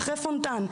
אחרי פונטאן,